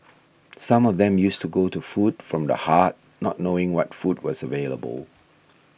some of them used to go to Food from the Heart not knowing what food was available